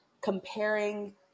comparing